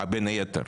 בין היתר.